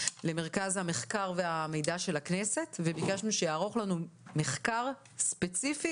למרכז המחקר והמידע של הכנסת וביקשנו שיערוך לנו מחקר ספציפי,